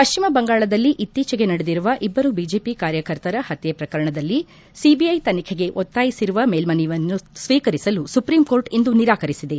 ಪಶ್ಚಿಮ ಬಂಗಾಳದಲ್ಲಿ ಇತ್ತೀಚೆಗೆ ನಡೆದಿರುವ ಇಬ್ಬರು ಬಿಜೆಪಿ ಕಾರ್ಯಕರ್ತರ ಹತ್ಯೆ ಪ್ರಕರಣದಲ್ಲಿ ಸಿಬಿಐ ತನಿಖೆಗೆ ಒತ್ತಾಯಿಸಿರುವ ಮೇಲ್ಮನವಿಯನ್ನು ಸ್ವೀಕರಿಸಲು ಸುಪ್ರೀಂಕೋರ್ಟ್ ಇಂದು ನಿರಾಕರಿಸಿದೆ